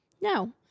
No